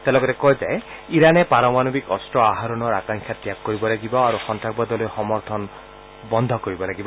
তেওঁ লগতে কয় যে ইৰাণে পাৰমাণৱিক অস্ত্ৰ আহৰণৰ আকাংক্ষা ত্যাগ কৰিব লাগিব আৰু সন্ত্ৰাসবাদলৈ সমৰ্থন বন্ধ কৰিব লাগিব